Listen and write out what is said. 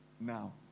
now